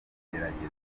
igeragezwa